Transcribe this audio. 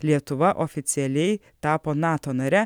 lietuva oficialiai tapo nato nare